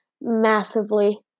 massively